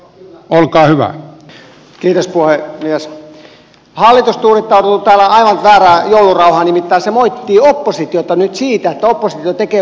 hallitus tuudittautuu täällä aivan väärään joulurauhaan nimittäin se moittii oppositiota nyt siitä että oppositio tekee joko liikaa tai liian vähän talousarvioesityksiä